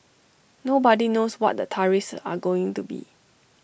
nobody knows what the tariffs are going to be